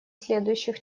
следующих